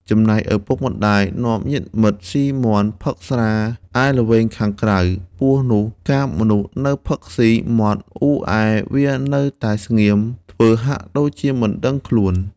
ចំណែកឪពុកម្ដាយនាំញាតិមិត្ដស៊ីមាន់ផឹកស្រាឯល្វែងខាងក្រៅ។ ពស់ នោះកាលមនុស្សនៅស៊ីផឹកមាត់អ៊ូរអែវានៅតែស្ងៀមធ្វើហាក់ដូចជាមិនដឹងខ្លួន។